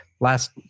last